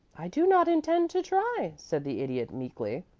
i do not intend to try, said the idiot, meekly.